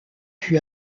puis